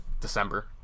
December